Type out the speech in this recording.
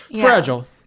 fragile